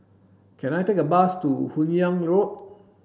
can I take a bus to Hun Yeang Road